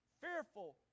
fearful